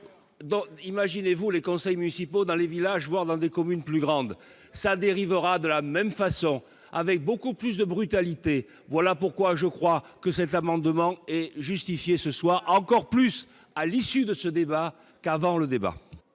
imaginez-vous les conseils municipaux dans les villages, voire dans des communes plus grandes sa dérive aura de la même façon, avec beaucoup plus de brutalité, voilà pourquoi je crois que cet amendement est justifié ce soir encore plus à l'issue de ce débat qu'avant le débat.